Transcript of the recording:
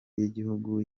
y’igihugu